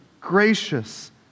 gracious